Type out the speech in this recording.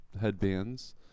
headbands